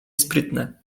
sprytne